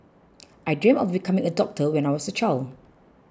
I dreamt of becoming a doctor when I was a child